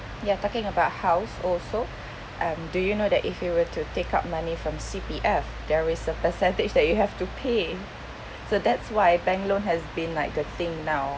you are talking about house also um do you know that if you were to take up money from C_P_F there is a percentage that you have to pay so that's why bank loan has been like the thing now